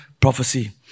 prophecy